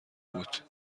بود